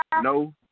No